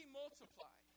multiply